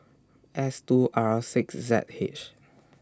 S two R six Z H